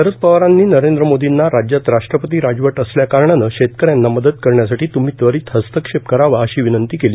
शरद पवारांनी नरेंद्र मोदींना राज्यात राष्ट्रपती राजवट असल्याकारणानं शेतकऱ्यांना मदत करण्यासाठी तृम्ही त्वरित हस्तक्षेप करावा अशी विनंती केली